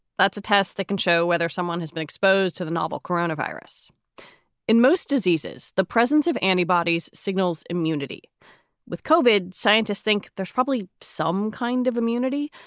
that's a test that can show whether someone has been exposed to the novel coronavirus in most diseases. the presence of antibodies signals immunity with coalbed scientists think there's probably some kind of immunity,